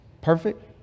Perfect